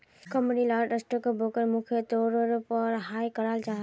company लात stock broker मुख्य तौरेर पोर हायर कराल जाहा